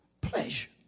pleasure